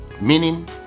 meaning